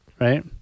Right